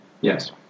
Yes